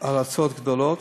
אלה הוצאות גדולות,